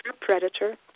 predator